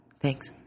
Thanks